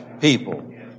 people